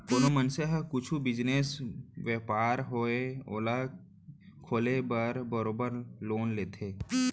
कोनो मनसे ह कुछु बिजनेस, बयपार होवय ओला खोले बर बरोबर लोन लेथे